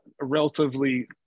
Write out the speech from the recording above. relatively